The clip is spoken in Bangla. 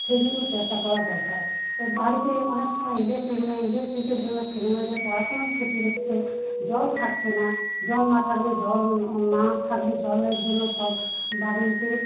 সেই জন্য চেষ্টা করা দরকার বাড়িতে অনেক সময় ইলেকট্রিক নেই ইলেকট্রিকের জন্য ছেলেমেয়েদের পড়াশোনার ক্ষতি হচ্ছে জল থাকছে না জল না থাকলে জল না থাকলে জলের জন্য সব বাড়িতে